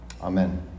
Amen